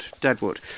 Deadwood